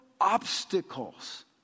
obstacles